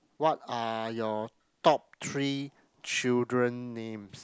what are your top three children names